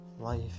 life